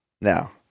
Now